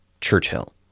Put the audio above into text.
Churchill